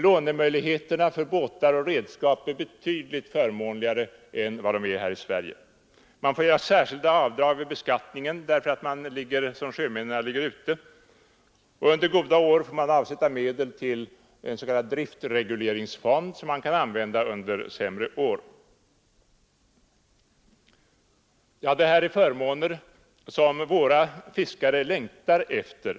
Lånemöjligheterna för båtar och redskap är betydligt förmånligare än vad de är i Sverige. Fiskarna får göra särskilda avdrag vid beskattningen därför att de liksom sjömännen ligger ute, och under goda år får de avsätta medel till en s.k. driftregleringsfond som kan användas under sämre år. Detta är förmåner som våra fiskare längtar efter.